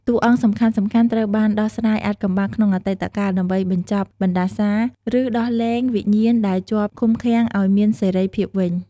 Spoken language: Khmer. តួអង្គសំខាន់ៗត្រូវបានដោះស្រាយអាថ៌កំបាំងក្នុងអតីតកាល ដើម្បីបញ្ចប់បណ្ដាសា ឬដោះលែងវិញ្ញាណដែលជាប់ឃុំឃាំងអោយមានសេរីភាពវិញ ។